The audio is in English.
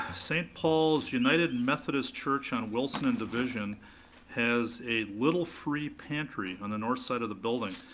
st. paul's united and methodist church on wilson and division has a little free pantry on the north side of the building.